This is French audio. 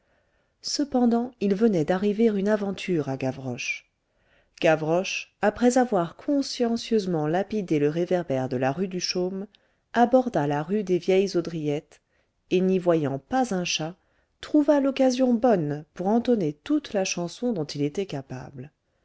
cependant il venait d'arriver une aventure à gavroche gavroche après avoir consciencieusement lapidé le réverbère de la rue du chaume aborda la rue des vieilles haudriettes et n'y voyant pas un chat trouva l'occasion bonne pour entonner toute la chanson dont il était capable